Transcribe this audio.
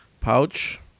Pouch